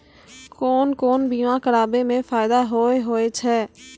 कोन कोन बीमा कराबै मे फायदा होय होय छै?